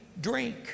drink